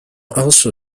also